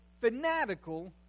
fanatical